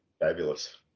Fabulous